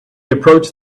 approached